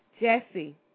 Jesse